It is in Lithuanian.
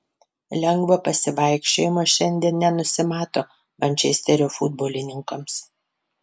lengvo pasivaikščiojimo šiandien nenusimato mančesterio futbolininkams